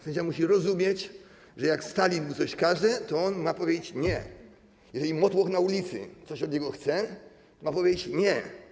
Sędzia musi rozumieć, że jak Stalin mu coś każe, to on ma powiedzieć: nie; jeżeli motłoch na ulicy coś od niego chce, ma powiedzieć: nie.